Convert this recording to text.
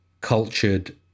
cultured